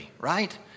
Right